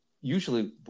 usually